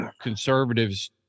conservatives